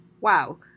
Wow